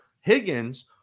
Higgins